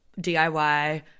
DIY